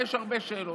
יש הרבה שאלות.